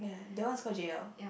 that one is called J_L